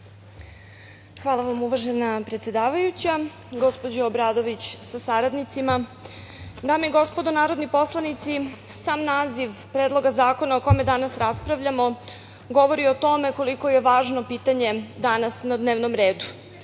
Hvala vam, uvažena predsedavajuća. Gospođo Obradović sa saradnicima, dame i gospodo narodni poslanici, sam naziv Predloga zakona o kome danas raspravljamo govori o tome koliko je važno pitanje danas na dnevnom redu